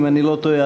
אם אני לא טועה,